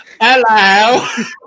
Hello